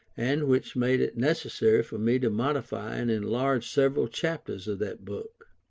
and which made it necessary for me to modify and enlarge several chapters of that book.